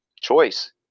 choice